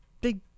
big